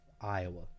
Iowa